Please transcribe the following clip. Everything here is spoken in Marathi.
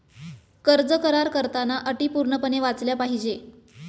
कर्ज करार करताना अटी पूर्णपणे वाचल्या पाहिजे